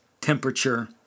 temperature